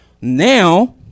now